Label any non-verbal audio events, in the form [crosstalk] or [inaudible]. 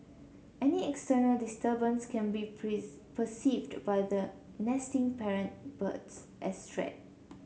any external disturbance can be [unintelligible] perceived by the nesting parent birds as threat